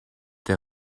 der